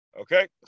Okay